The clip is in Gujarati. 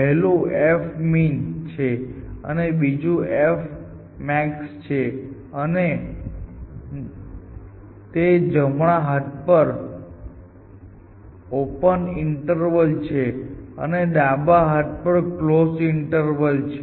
પહેલું f મિન છે અને બીજું f મેક્સ છે અને તે જમણા હાથ પર ઓપન ઈન્ટરવલ છે અને ડાબા હાથ પર કલોઝ ઈન્ટરવલ છે